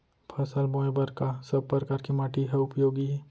फसल बोए बर का सब परकार के माटी हा उपयोगी हे?